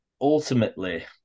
ultimately